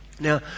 Now